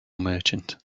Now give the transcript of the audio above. merchant